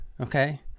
Okay